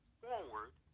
forward